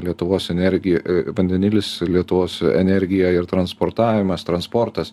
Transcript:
lietuvos energi vandenilis lietuvos energija ir transportavimas transportas